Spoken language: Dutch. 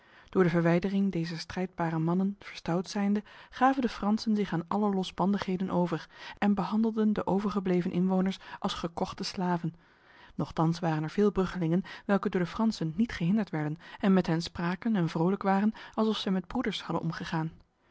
door de verwijdering dezer strijdbare mannen verstout zijnde gaven de fransen zich aan alle losbandigheden over en behandelden de overgebleven inwoners als gekochte slaven nochtans waren er veel bruggelingen welke door de fransen niet gehinderd werden en met hen spraken en vrolijk waren alsof zij met broeders hadden omgegaan